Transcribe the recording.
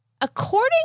According